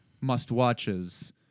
must-watches